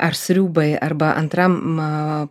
ar sriubai arba antram